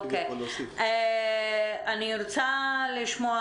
אני רוצה לשמוע